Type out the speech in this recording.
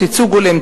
ייצוג הולם,